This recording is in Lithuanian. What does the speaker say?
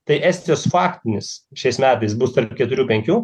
tai estijos faktinis šiais metais bus tarp keturių penkių